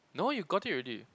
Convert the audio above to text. no you got it already